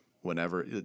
whenever